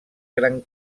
gran